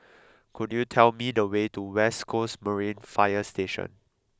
could you tell me the way to West Coast Marine Fire Station